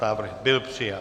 Návrh byl přijat.